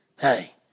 Hey